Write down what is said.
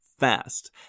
Fast